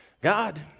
God